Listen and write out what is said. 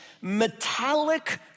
metallic